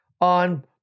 on